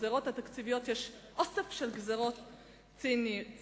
שבגזירות התקציביות יש "אוסף של גזירות ציניות".